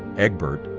egbert,